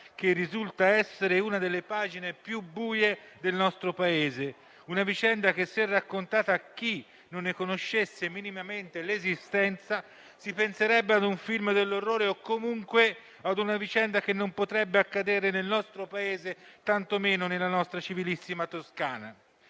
che risulta essere una delle pagine più buie del nostro Paese, tanto che, se raccontassimo i fatti a chi non ne conoscesse minimamente l'esistenza, penserebbe a un film dell'orrore o comunque a una vicenda che non potrebbe accadere nel nostro Paese, tanto meno nella nostra civilissima Toscana.